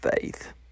faith